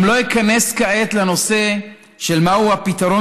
גם לא איכנס כעת לנושא של מהו הפתרון